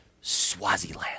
Swaziland